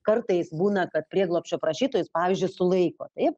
kartais būna kad prieglobsčio prašytojus pavyzdžiui sulaiko taip